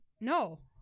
no